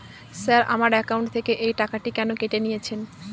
Sir আমার account থেকে এই টাকাটি কেন কেটে নিয়েছেন?